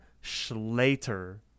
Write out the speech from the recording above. Schlatter